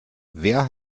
wer